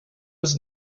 was